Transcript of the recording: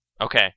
Okay